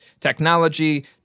technology